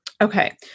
Okay